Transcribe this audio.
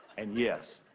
and yes,